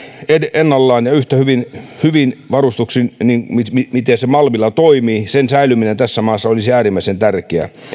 ennallaan ja yhtä hyvin hyvin varustuksin kuin se malmilla toimii olisi tässä maassa äärimmäisen tärkeää